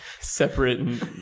Separate